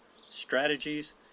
strategies